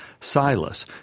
Silas